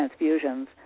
transfusions